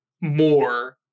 more